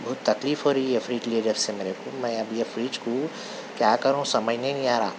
بہت تکلیف ہو رہی ہے فریج لیا جب سے میرے کو میں اب یہ فریج کو کیا کروں سمجھ میں ہی نہیں آ رہا